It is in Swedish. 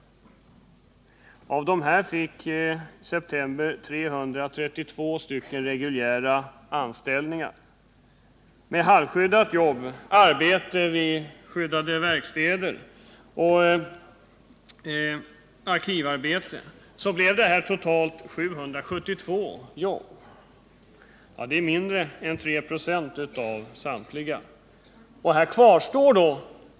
Av dessa fick 332 reguljära anställningar. Med halvskyddat jobb, arbete vid verkstäder för skyddat arbete och arkivarbete blev det totalt 772 arbetsplaceringar, vilket är mindre än 3 96 av samtliga.